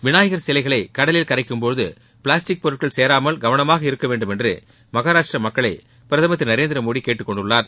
விநாயகர் சிலைகளை கடலில் கரைக்கும் போது பிளாஸ்டிக் பொருட்கள் சேராமல் கவனமாக இருக்கு வேண்டுமென்று மஹாராஷ்ட்ர மக்களை பிரதமர் திரு நரேந்திர மோடி கேட்டுக் கொண்டுள்ளார்